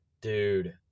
Dude